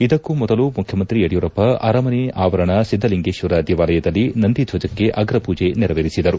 ಇದಕ್ಕೂ ಮೊದಲು ಮುಖ್ಯಮಂತ್ರಿ ಯಡಿಯೂರಪ್ಪ ಅರಮನೆ ಅವರಣ ಸಿದ್ದಲಿಂಗೇಶ್ವರ ದೇವಾಲಯದಲ್ಲಿ ನಂದಿ ದ್ವಜಕ್ಕೆ ಅಗ್ರ ಪೂಜೆ ನೆರವೇರಿಸಿದರು